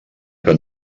que